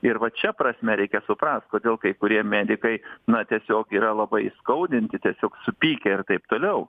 ir vat šia prasme reikia suprast kodėl kai kurie medikai na tiesiog yra labai įskaudinti tiesiog supykę ir taip toliau